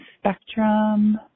spectrum